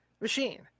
machine